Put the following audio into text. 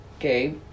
okay